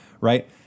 Right